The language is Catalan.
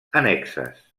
annexes